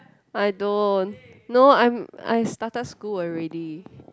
I don't no I'm I started school already